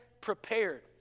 prepared